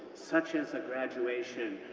such as a graduation,